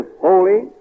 holy